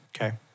Okay